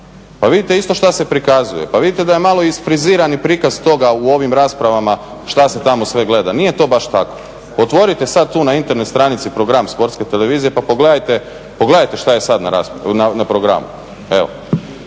Pa vidite isto šta se prikazuje. Pa vidite da je malo isfrizirani pristup toga o ovim raspravama šta se tamo sve gleda. Nije baš tako. Otvorite sad tu na Internet stranici program sportske televizije pa pogledajte šta je sad na programu,